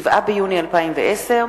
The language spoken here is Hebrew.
2 ביוני 2010,